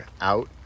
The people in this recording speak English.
out